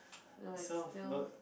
no it's still